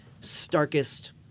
starkest